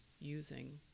using